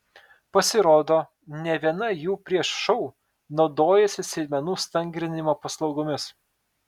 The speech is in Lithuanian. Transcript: pasirodo ne viena jų prieš šou naudojasi sėdmenų stangrinimo paslaugomis